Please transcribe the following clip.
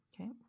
Okay